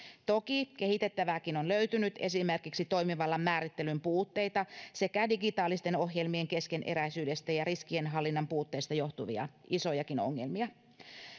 toki kehitettävääkin on löytynyt esimerkiksi toimivallan määrittelyn puutteita sekä digitaalisten ohjelmien keskeneräisyydestä ja riskien hallinnan puutteesta johtuvia isojakin ongelmia